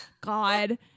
God